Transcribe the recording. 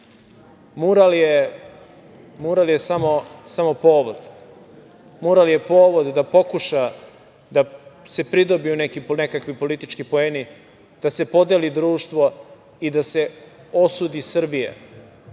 izađe. Mural je samo povod. Mural je povod da pokuša da se pridobiju nekakvi politički poeni, da se podeli društvo i da se osudi Srbija